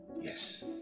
Yes